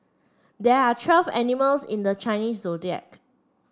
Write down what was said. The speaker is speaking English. there are twelve animals in the Chinese Zodiac